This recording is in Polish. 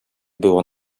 było